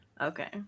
Okay